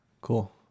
Cool